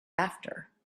after